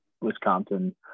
Wisconsin